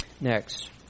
Next